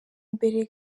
mbere